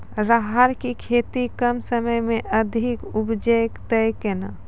राहर की खेती कम समय मे अधिक उपजे तय केना?